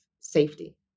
safety